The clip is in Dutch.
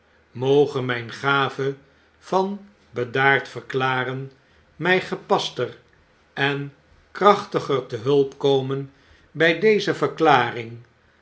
moge myn gave van bedaard verklaren my gepaster en krachtiger te hulp komen by deze verklaring